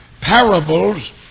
parables